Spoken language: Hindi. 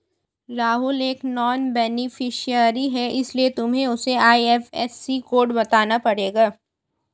राहुल एक नॉन बेनिफिशियरी है इसीलिए तुम्हें उसे आई.एफ.एस.सी कोड बताना पड़ेगा